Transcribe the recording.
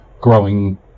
growing